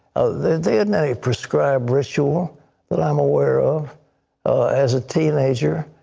the dna prescribed ritual that i am aware of as a teenager,